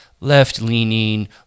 left-leaning